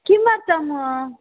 किमर्थम्